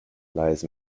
lies